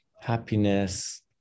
happiness